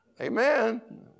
Amen